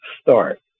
start